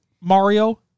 Mario